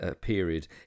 period